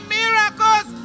miracles